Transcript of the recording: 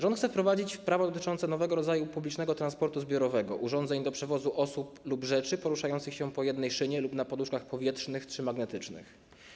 Rząd chce wprowadzić prawo dotyczące nowego rodzaju publicznego transportu zbiorowego, urządzeń do przewozu osób lub rzeczy - poruszających się po jednej szynie lub na poduszkach powietrznych czy magnetycznych.